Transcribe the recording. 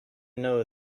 know